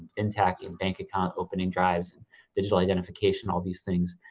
intact, and bank account, opening drives and digital identification, all these things,